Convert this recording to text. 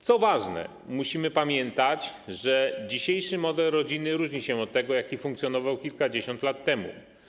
Co ważne, musimy pamiętać, że dzisiejszy model rodziny różni się od tego, jaki funkcjonował kilkadziesiąt lat temu.